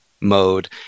mode